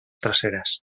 traseras